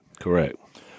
correct